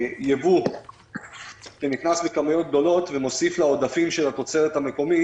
ייבוא נכנס בכמויות גדולות ומוסיף לעודפים של התוצרת המקומית.